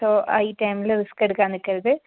so ഈ ടൈമിൽ risk എടുക്കാൻ നിൽക്കരുത്